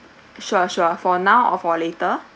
sure sure for now or for later